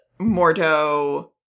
Mordo